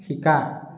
শিকা